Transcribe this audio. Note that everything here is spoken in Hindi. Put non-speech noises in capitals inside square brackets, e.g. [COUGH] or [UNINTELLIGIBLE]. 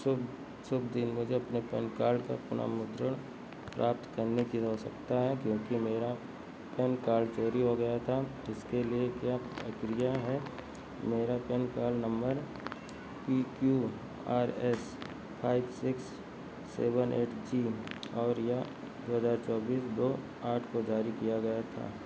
शुभ शुभ दिन मुझे अपने पैन कार्ड का [UNINTELLIGIBLE] प्राप्त करने की आवश्यकता है क्योंकी मेरा पैन कार्ड चोरी हो गया था जिसके लिए क्या प्रक्रिया है मेरा PAN card number P P R S five six seven eight G और यह दो हज़ार चौबीस दो आठ को जारी किया गया था